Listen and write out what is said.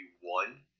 one